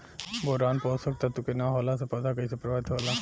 Boron पोषक तत्व के न होला से पौधा कईसे प्रभावित होला?